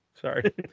sorry